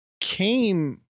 came